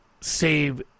Save